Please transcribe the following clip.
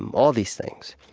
um all of these things.